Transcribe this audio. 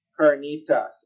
carnitas